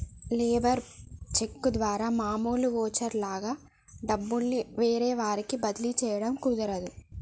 labour cheque ద్వారా మామూలు voucher లాగా డబ్బుల్ని వేరే వారికి బదిలీ చేయడం కుదరదు